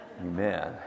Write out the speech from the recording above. Amen